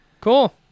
Cool